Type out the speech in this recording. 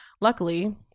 Luckily